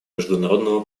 международного